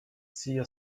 sea